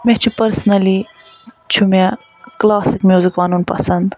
مےٚ چھُ پرسنلی چھُ مےٚ کلاسک میوزِک وَنُن پَسَنٛد